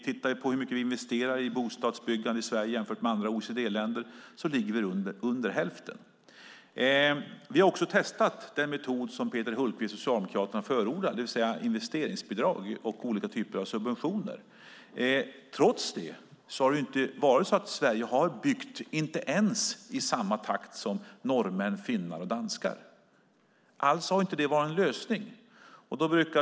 Tittar vi på hur mycket vi investerar i bostadsbyggande i Sverige jämfört med andra OECD-länder ser vi att vi ligger under hälften. Vi har också testat den metod som Peter Hultqvist och Socialdemokraterna förordar, det vill säga investeringsbidrag och olika typer av subventioner. Trots detta har Sverige inte ens byggt i samma takt som norrmän, finnar och danskar. Alltså har detta inte varit en lösning.